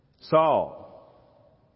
Saul